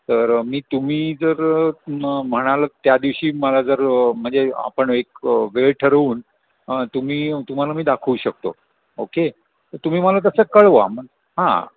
तर मी तुम्ही जर मग म्हणाल त्या दिवशी मला जर म्हणजे आपण एक वेळ ठरवून तुम्ही तुम्हाला मी दाखवू शकतो ओके तुम्ही मला तसं कळवा मग हां